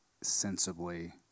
sensibly